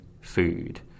food